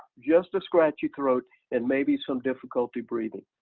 just the scratchy throat and maybe some difficulty breathing.